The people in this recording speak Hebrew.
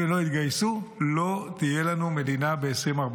אם הם לא יתגייסו, לא תהיה לנו מדינה ב-2040.